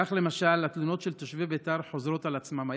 כך למשל התלונות של תושבי ביתר חוזרות על עצמן.